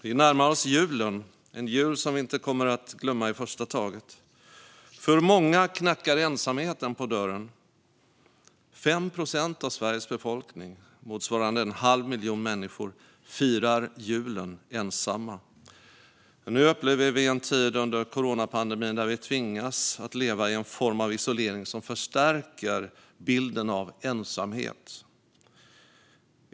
Vi närmar oss julen, en jul som vi inte kommer att glömma i första taget. För många knackar ensamheten på dörren. Det är fem procent av Sveriges befolkning, motsvarande en halv miljon människor, som firar julen ensamma. Nu upplever vi en tid under coronapandemin då vi tvingas att leva i en form av isolering som förstärker bilden av ensamhet.